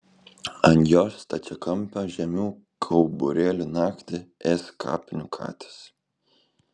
ant jos stačiakampio žemių kauburėlio naktį ės kapinių katės